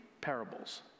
parables